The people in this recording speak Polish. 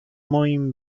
moim